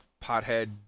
pothead